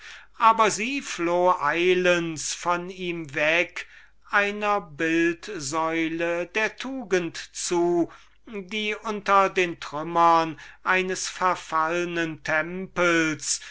aber sie floh eilends von ihm weg einer bildsäule der tugend zu welche unter den trümmern eines verfallnen tempels